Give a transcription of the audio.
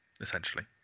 essentially